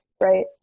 right